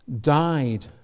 died